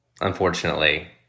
unfortunately